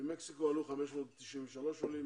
ממקסיקו עלו 593 עולים,